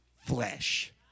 flesh